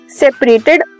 separated